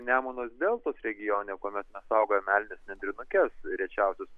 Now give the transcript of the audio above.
nemuno deltos regione kuomet mes sugojam meldines nendrinukes rečiausius